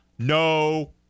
No